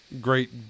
great